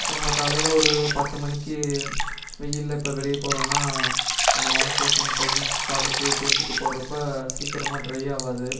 இப்போ நம்ம காலையில் ஒரு பத்து மணிக்கு வெயிலில் இப்போ வெளியே போகிறோன்னா அந்த மாய்ஸ்ட்ரேஷன் கைக்கு காலுக்கு ஃபேஸுக்கு போடுறப்ப சீக்கிரமாக ட்ரை ஆகாது